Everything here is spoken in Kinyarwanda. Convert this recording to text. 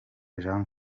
jean